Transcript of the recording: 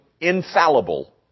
infallible